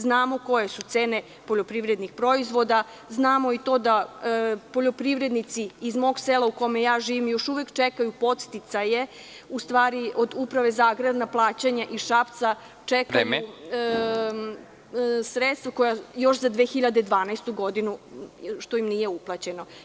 Znamo koje su cene poljoprivrednih proizvoda, znamo i to da poljoprivrednici iz mog sela u kome živim još uvek čekaju podsticaje, u stvari od uprave za agrarna plaćanja iz Šapca… (Predsednik: Vreme.) …još za 2012. godinu, što im nije uplaćeno.